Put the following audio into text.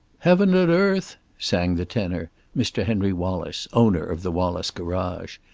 heaven and earth, sang the tenor, mr. henry wallace, owner of the wallace garage.